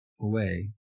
away